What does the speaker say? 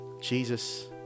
Jesus